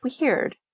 weird